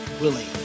willing